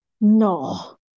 No